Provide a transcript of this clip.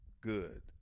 good